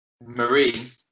Marie